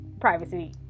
privacy